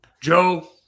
joe